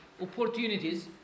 opportunities